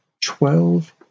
twelve